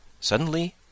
Suddenly